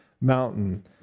mountain